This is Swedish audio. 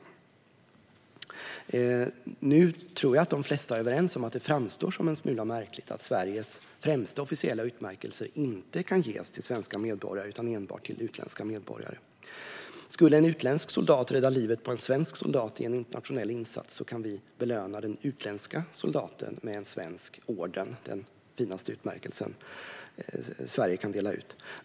Nu tror jag att de flesta är överens om att det framstår som en smula märkligt att Sveriges främsta officiella utmärkelser inte kan ges till svenska medborgare utan enbart till utländska medborgare. Skulle en utländsk soldat rädda livet på en svensk soldat i en internationell insats kan vi belöna den utländska soldaten med en svensk orden, den finaste utmärkelsen Sverige kan dela ut.